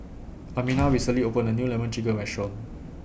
Amina recently opened A New Lemon Chicken Restaurant